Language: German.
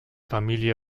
familie